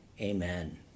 Amen